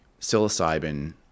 psilocybin